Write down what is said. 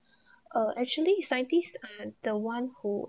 uh actually scientist are the one who